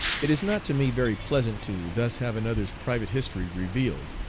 it is not to me very pleasant to thus have another's private history revealed,